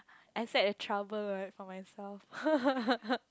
I set a trouble right for myself